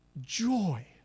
joy